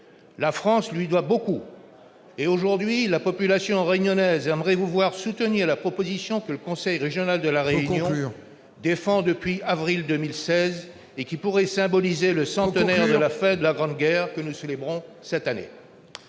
La France lui doit beaucoup, et la population réunionnaise aimerait vous voir soutenir la proposition que le conseil régional de La Réunion défend depuis avril 2016 et dont l'adoption pourrait symboliser le centenaire de la fin de la Grande Guerre, que nous célébrons cette année.